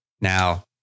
Now